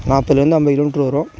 நாற்பதுலேந்து ஐம்பது கிலோமீட்ரு வரும்